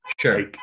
Sure